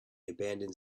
abandons